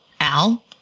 Al